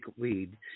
weed